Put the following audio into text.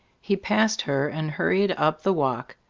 he passed her and hurried up the walk.